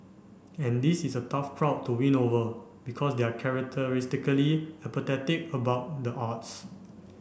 and this is a tough crowd to win over because they are characteristically apathetic about the arts